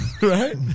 Right